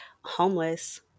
homeless